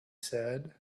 said